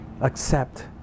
accept